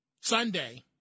Sunday